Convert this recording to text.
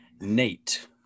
Nate